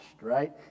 right